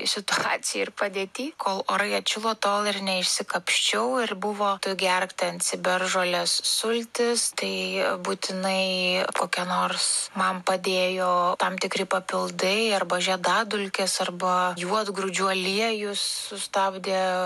situacijoj ir padėty kol orai atšilo tol ir neišsikapsčiau ir buvo tu gerk ten ciberžolės sultis tai būtinai kokie nors man padėjo tam tikri papildai arba žiedadulkės arba juodgrūdžių aliejus sustabdė